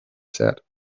said